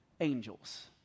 angels